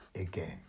again